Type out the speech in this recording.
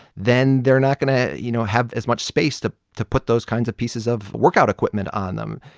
then they're not going to, you know, have as much space to to put those kinds of pieces of workout equipment on them.